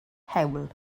hewl